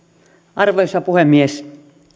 arvoisa puhemies